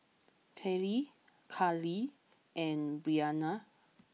Cary Karlee and Breanna